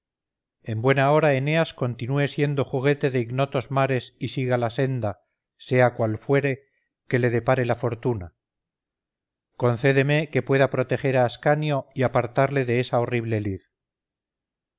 en buena hora eneas continúe siendo juguete de ignotos mares y siga la senda sea cual fuere que le depare la fortuna concédeme que pueda proteger a ascanio y apartarle de esa horrible lid